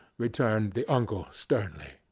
returned the uncle sternly,